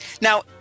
now